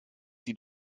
sie